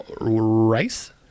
rice